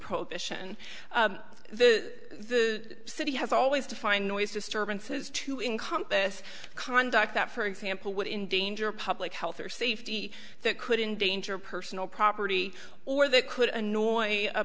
prohibition the city has always defined noise disturbances to in compas conduct that for example would in danger a public health or safety that could endanger personal property or that could annoy a